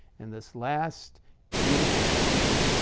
and this last beautiful sentence,